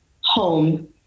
home